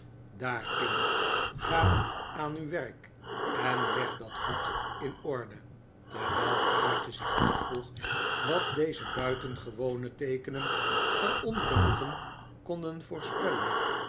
daar kind ga aan uw werk en leg dat goed in orde terwijl kaatje zich afvroeg wat deze buitengewone teekenen van ongenoegen konden voorspellen